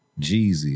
Jeezy